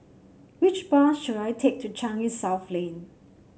which bus should I take to Changi South Lane